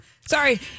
sorry